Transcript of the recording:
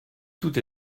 tout